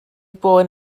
boen